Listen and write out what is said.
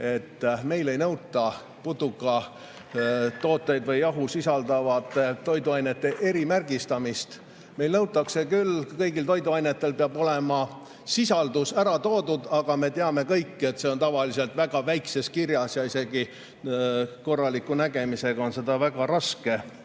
meil ei nõuta putukatoodete või ‑jahu sisaldavate toiduainete erimärgistamist. Meil nõutakse küll seda, et kõigi toiduainete puhul peab olema sisaldus ära toodud, aga me teame kõik, et see on tavaliselt väga väikeses kirjas ja isegi korraliku nägemisega on seda väga raske